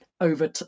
over